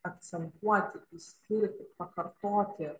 akcentuoti skirti pakartoti